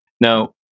Now